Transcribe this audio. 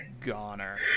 goner